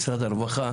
משרד הרווחה,